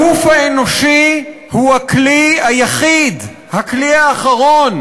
הגוף האנושי הוא הכלי היחיד, הכלי האחרון,